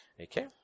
okay